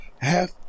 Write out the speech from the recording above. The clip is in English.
half